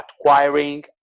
acquiring